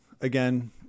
again